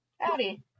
Howdy